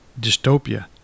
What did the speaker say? Dystopia